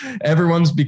everyone's